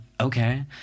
okay